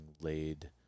laid